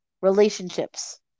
relationships